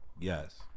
Yes